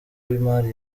w’imari